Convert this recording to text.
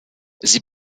sie